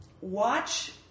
watch